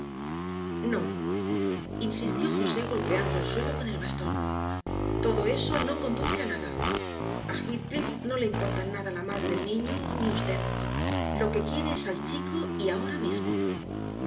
no insistió josé golpeando el suelo con el bastón todo eso no conduce a nada a heathcliff no le importan nada la madre del niño ni usted lo que quiere es al chico y ahora mismo